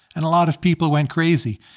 and a lot of people went crazy.